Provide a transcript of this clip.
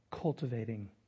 cultivating